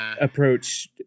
approach